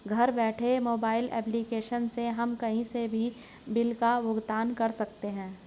घर बैठे mobile application से हम कही से भी बिल का भुगतान कर सकते है